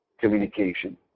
communication